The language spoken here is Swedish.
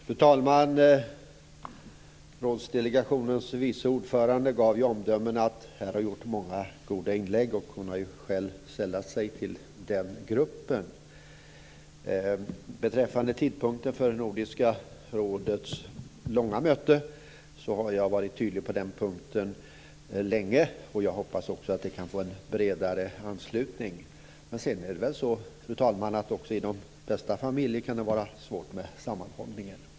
Fru talman! Rådsdelegationens vice ordförande gav ju omdömet att här har gjorts många goda inlägg. Hennes eget sällar sig också till den gruppen. Jag har länge varit tydlig när det gäller tidpunkten för Nordiska rådets långa möte. Jag hoppas att vi kan få en bredare uppslutning. Men också i de bästa familjer kan det vara svårt med sammanhållningen.